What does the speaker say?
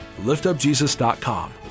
liftupjesus.com